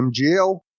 MGL